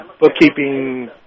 bookkeeping